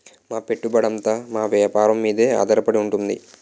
మా పెట్టుబడంతా మా వేపారం మీదే ఆధారపడి ఉంది మరి